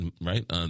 right